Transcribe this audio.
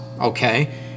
okay